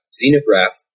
Xenograph